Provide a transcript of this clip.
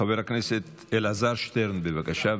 חבר הכנסת אלעזר שטרן, בבקשה.